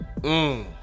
Mmm